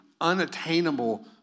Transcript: unattainable